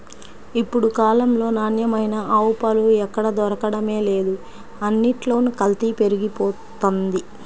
ఇప్పుడు కాలంలో నాణ్యమైన ఆవు పాలు ఎక్కడ దొరకడమే లేదు, అన్నిట్లోనూ కల్తీ పెరిగిపోతంది